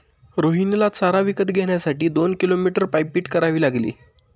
रोहिणीला चारा विकत घेण्यासाठी दोन किलोमीटर पायपीट करावी लागली